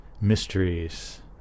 mysteries